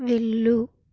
వెళ్ళు